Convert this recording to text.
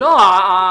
תקרא לו.